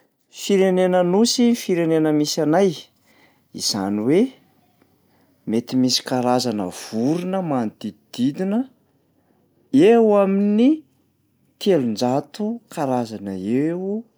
Firenana nosy ny firenena misy anay, izany hoe mety misy karazana vorona manodidididina eo amin'ny telonjato karazana eo ny vorona eto aminay.